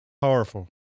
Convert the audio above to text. Powerful